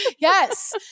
Yes